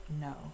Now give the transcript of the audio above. No